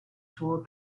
toward